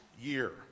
year